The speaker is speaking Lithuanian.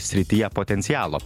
srityje potencialo